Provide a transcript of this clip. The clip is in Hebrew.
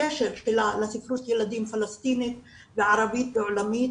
והקשר שלה לספרות ילדים פלסטינית וערבית ועולמית,